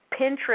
Pinterest